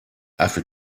after